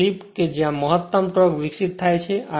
તે સ્લિપકે જ્યાં મહત્તમ ટોર્ક વિકસિત થાય છે